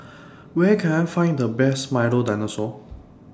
Where Can I Find The Best Milo Dinosaur